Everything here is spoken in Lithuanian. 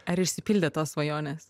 ar išsipildė tos svajonės